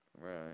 Right